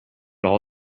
all